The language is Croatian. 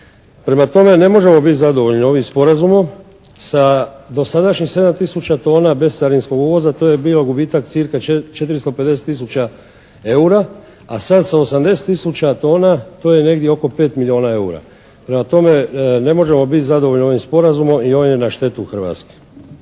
Prema tome ne možemo biti zadovoljni ovim sporazumom. Sa dosadašnjih 7 tisuća tona bescarinskog uvoza to je bio gubitak cca 450 tisuća eura. A sad sa 80 tisuća tona to je negdje oko 5 milijuna eura. Prema tome, ne možemo biti zadovoljni ovim sporazumom jer on ide na štetu Hrvatske.